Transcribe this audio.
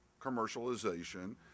commercialization